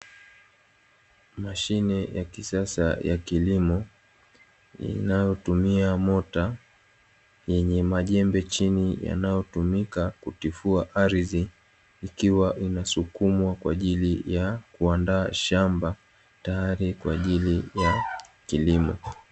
Mashine ya kisasa ya kilimo inayotumia mota yenye majembe chini yanayotumika kutifua ardhi ikiwa inasukumwa kwa ajili ya kuandaa shamba tayari kwa ajili ya kilimo.